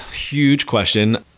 huge question.